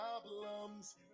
problems